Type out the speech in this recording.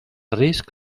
risc